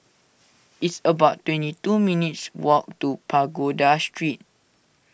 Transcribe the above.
it's about twenty two minutes' walk to Pagoda Street